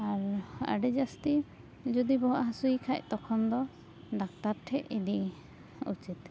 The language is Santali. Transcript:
ᱟᱨ ᱟᱹᱰᱤ ᱡᱟᱹᱥᱛᱤ ᱡᱩᱫᱤ ᱵᱚᱦᱚᱜ ᱦᱟᱹᱥᱩᱭᱮᱠᱷᱟᱡ ᱛᱚᱠᱷᱚᱱ ᱫᱚ ᱰᱟᱠᱛᱟᱨ ᱴᱷᱮᱡ ᱤᱫᱤ ᱩᱪᱤᱛ